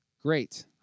Great